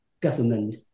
government